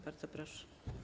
Bardzo proszę.